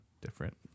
different